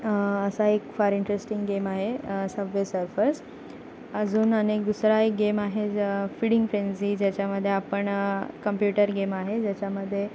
असा एक फार इंटरेस्टिंग गेम आहे सबवे सर्फर्स अजून आणि एक दुसरा एक गेम आहे ज फिडिंग फ्रेंझी ज्याच्यामध्ये आपण कम्प्युटर गेम आहे ज्याच्यामध्ये